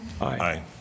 Aye